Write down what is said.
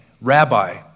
Rabbi